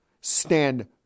stand